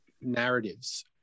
narratives